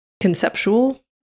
conceptual